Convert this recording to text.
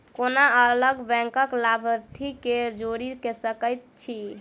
कोना अलग बैंकक लाभार्थी केँ जोड़ी सकैत छी?